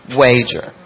wager